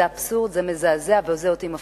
זה אבסורד, זה מזעזע, ואותי זה מפחיד.